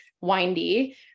windy